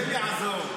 השם יעזור.